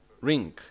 ring